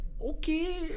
okay